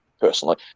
personally